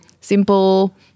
simple